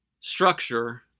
structure